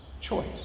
choice